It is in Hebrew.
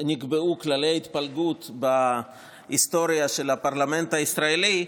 נקבעו כללי ההתפלגות בהיסטוריה של הפרלמנט הישראלי,